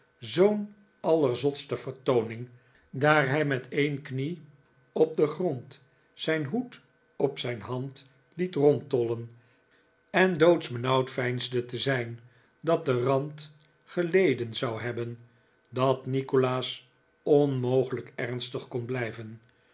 zoo'n allerzotste vertooning daar hij met een knie op den grond zijn hoed op zijn hand liet rondtollen en doodsbenauwd veinsde te zijn dat de rand geleden zou hebben dat nikolaas onmogelijk ernstig kon blijven